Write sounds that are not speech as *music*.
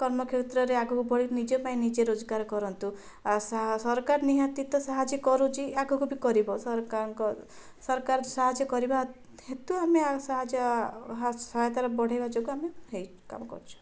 କର୍ମ କ୍ଷେତ୍ରରେ ଆଗକୁ ବଢ଼ି ନିଜ ପାଇଁ ନିଜେ ରୋଜଗାର କରନ୍ତୁ ସରକାର ନିହାତି ତ ସାହାଯ୍ୟ କରୁଛି ଆଗକୁ ବି କରିବ ସରକାରଙ୍କ ସରକାର ସାହାଯ୍ୟ କରିବା ହେତୁ ଆମେ ସାହାଯ୍ୟ ସହାୟତାର ବଢ଼ାଇବା ଯୋଗୁଁ ଆମେ ହେଇ *unintelligible* କାମ କରୁଛୁ